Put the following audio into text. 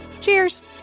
Cheers